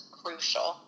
crucial